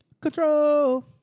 Control